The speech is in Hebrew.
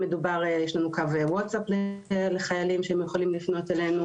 יש לנו קו וואטסאפ לחיילים שהם יכולים לפנות אלינו.